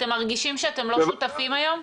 אתם מרגישים שאתם לא שותפים היום.